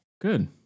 Good